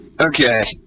Okay